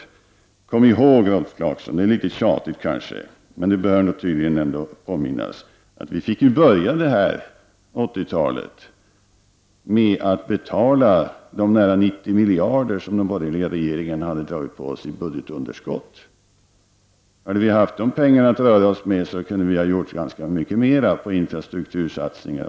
Men kom ihåg, Rolf Clarkson — det kan verka litet tjatigt, men det behövs tydligen en påminnelse — att vi fick påbörja 80-talet med att betala de nära 90 miljarder i budgetunderskott som de borgerliga regeringarna hade dragit på oss. Hade vi haft de pengarna att röra oss med, skulle vi ha kunnat göra ganska så mycket mer t.ex. när det gäller infrastruktursatsningar.